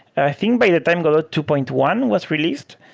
i think by the time godot two point one was released,